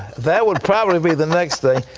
that would probably be the next thing.